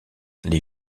les